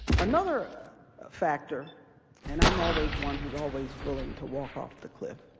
another factor and i'm always one who's always willing to walk off the cliff